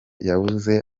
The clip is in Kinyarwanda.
yabuze